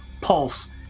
pulse